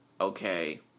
okay